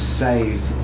saved